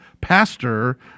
pastor